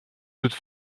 toute